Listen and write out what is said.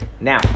Now